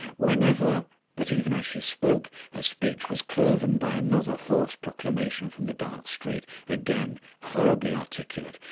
whenever but even as she spoke her speech was cloven by another hoarse proclamation from the dark street, again horribly articulate.